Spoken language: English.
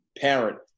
parent